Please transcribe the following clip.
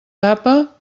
tapa